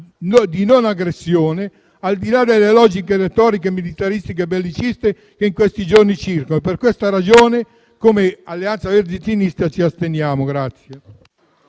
di non aggressione, al di là delle logiche retoriche, militaristiche e belliciste che in questi giorni circolano. Per queste ragioni, come Alleanza Verdi e Sinistra, ci asterremmo dalla